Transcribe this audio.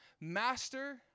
master